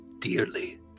dearly